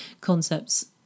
concepts